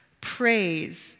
Praise